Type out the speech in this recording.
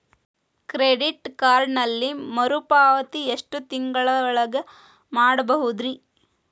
Credit ಕಾರ್ಡಿನಲ್ಲಿ ಮರುಪಾವತಿ ಎಷ್ಟು ತಿಂಗಳ ಒಳಗ ಮಾಡಬಹುದ್ರಿ?